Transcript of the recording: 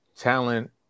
Talent